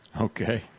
Okay